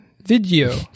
Video